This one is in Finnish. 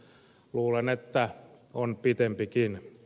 luulen että on pitempikin